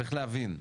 צריך להבין,